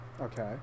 okay